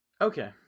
Okay